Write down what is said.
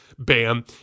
Bam